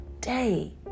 day